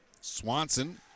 Swanson